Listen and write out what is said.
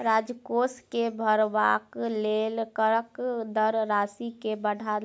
राजकोष के भरबाक लेल करक दर राशि के बढ़ा